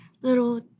little